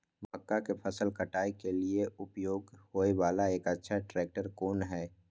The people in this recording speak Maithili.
मक्का के फसल काटय के लिए उपयोग होय वाला एक अच्छा ट्रैक्टर कोन हय?